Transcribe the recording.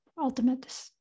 ultimate